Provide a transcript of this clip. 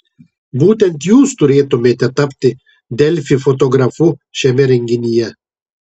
būtent jūs turėtumėte tapti delfi fotografu šiame renginyje